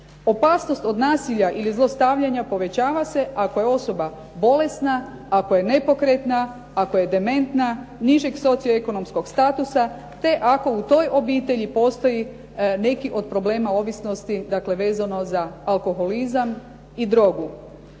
Opasnost od nasilja ili zlostavljanja povećava se ako je osoba bolesna, ako je nepokretna, ako je dementna, nižeg socioekonomskog statusa te ako u toj obitelji postoji neki od problema ovisnosti dakle vezano za alkoholizam i drogu.